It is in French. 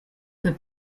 peut